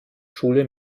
schule